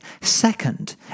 second